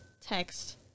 text